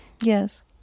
yes